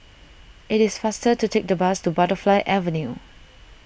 it is faster to take the bus to Butterfly Avenue